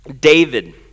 David